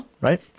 Right